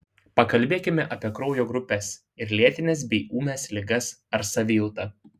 pakalbėkime apie kraujo grupes ir lėtines bei ūmias ligas ar savijautą